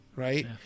Right